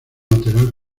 lateral